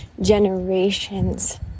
generations